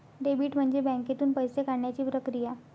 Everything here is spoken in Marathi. डेबिट म्हणजे बँकेतून पैसे काढण्याची प्रक्रिया